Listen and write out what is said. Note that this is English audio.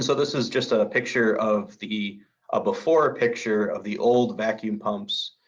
so this is just a picture of the a before picture of the old vacuum pumps.